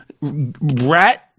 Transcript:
rat-